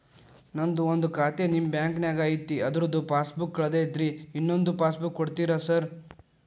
ನಂದು ಒಂದು ಖಾತೆ ನಿಮ್ಮ ಬ್ಯಾಂಕಿನಾಗ್ ಐತಿ ಅದ್ರದು ಪಾಸ್ ಬುಕ್ ಕಳೆದೈತ್ರಿ ಇನ್ನೊಂದ್ ಪಾಸ್ ಬುಕ್ ಕೂಡ್ತೇರಾ ಸರ್?